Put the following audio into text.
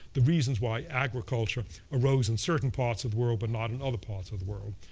the reasons why agriculture arose in certain parts of the world but not in other parts of the world.